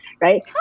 Right